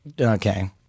Okay